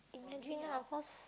imagine ah of course